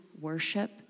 worship